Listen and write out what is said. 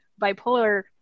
bipolar